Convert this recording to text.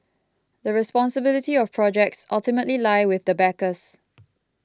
the responsibility of projects ultimately lie with the backers